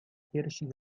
piersi